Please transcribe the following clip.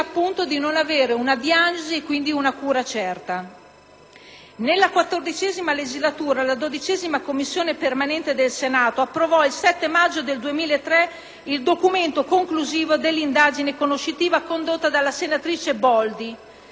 Nella XIV legislatura, la 12a Commissione permanente del Senato approvò, il 7 maggio 2003, il documento conclusivo dell'indagine conoscitiva condotta dalla senatrice Boldi;